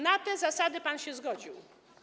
Na te zasady pan się zgodził.